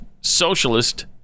Socialist